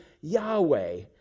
Yahweh